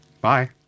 Bye